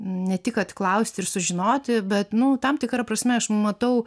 ne tik atsiklausti ir sužinoti bet nu tam tikra prasme aš matau